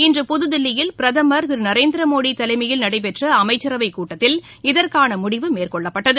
இன்று புதுதில்லியில் பிரதமர் திரு நரேந்திரமோடி தலைமையில் நடைபெற்ற அமைச்சரவைக் கூட்டத்தில் இதற்கான முடிவு மேற்கொள்ளப்பட்டது